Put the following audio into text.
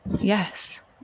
yes